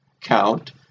count